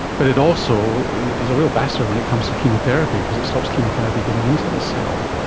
but it also is a real bastard when it comes to chemotherapy because it stops chemotherapy getting into the cell.